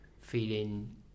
feeling